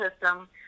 system